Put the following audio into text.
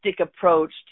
approach